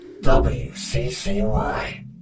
W-C-C-Y